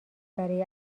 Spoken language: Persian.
برای